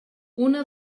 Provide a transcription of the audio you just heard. una